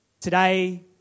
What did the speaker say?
today